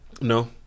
No